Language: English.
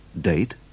Date